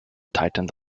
tightened